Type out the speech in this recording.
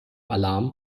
alarm